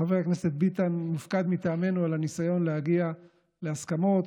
חבר הכנסת ביטן מופקד מטעמנו על הניסיון להגיע להסכמות,